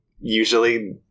usually